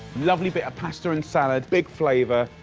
lovely bit of pasta and salad. big flavour.